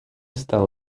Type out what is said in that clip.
está